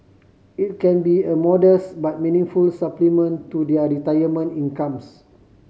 it can be a modest but meaningful supplement to their retirement incomes